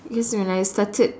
is when I started